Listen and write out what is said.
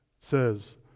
says